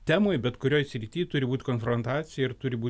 temoj bet kurioj srity turi būt konfrontacija ir turi būt